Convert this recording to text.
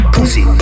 Pussy